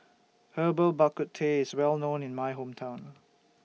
Herbal Bak Ku Teh IS Well known in My Hometown